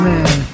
Man